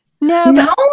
No